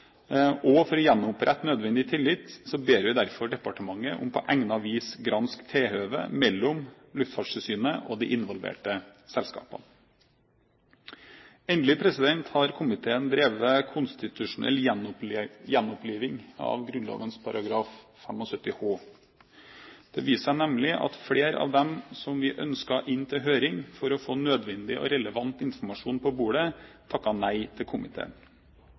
og for å gjenopprette nødvendig tillit ber vi derfor departementet om på egnet vis å granske tilhøvet mellom Luftfartstilsynet og de involverte selskapene. Endelig: Komiteen har drevet konstitusjonell gjenoppliving av Grunnloven § 75 h. Det viste seg nemlig at flere av dem som vi ønsket inn til høring for å få nødvendig og relevant informasjon på bordet, takket nei til komiteen.